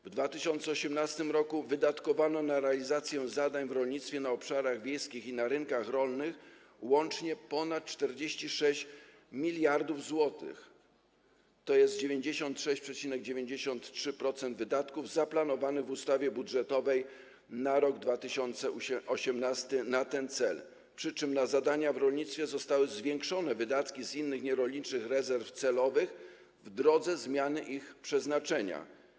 W 2018 r. wydatkowano na realizację zadań w rolnictwie na obszarach wiejskich i na rynkach rolnych łącznie ponad 46 mld zł, tj. 96,93% wydatków zaplanowanych w ustawie budżetowej na rok 2018 na ten cel, przy czym na zadania w rolnictwie zostały zwiększone wydatki z wykorzystaniem innych, nierolniczych rezerw celowych w drodze zmiany ich przeznaczenia.